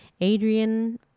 Adrian